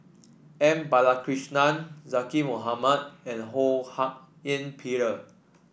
M Balakrishnan Zaqy Mohamad and Ho Hak Ean Peter